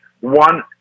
one